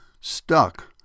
stuck